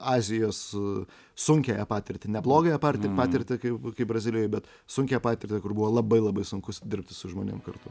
azijos sunkiąją patirtį ne blogąją patirtį kaip kaip brazilijoj bet sunkiąją patirtį kur buvo labai labai sunku dirbti su žmonėm kartu